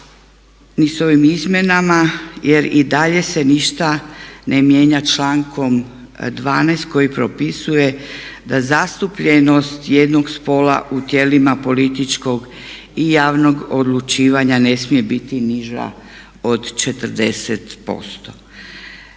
ni s ovim izmjenama jer i dalje se ništa ne mijenja člankom 12. koji propisuje da zastupljenost jednog spola u tijelima političkog i javnog odlučivanja ne smije biti niža od 40%.